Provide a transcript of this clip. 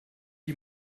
die